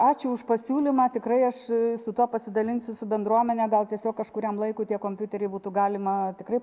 ačiū už pasiūlymą tikrai aš su tuo pasidalinsiu su bendruomene gal tiesiog kažkuriam laikui tie kompiuteriai būtų galima tikrai